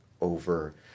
over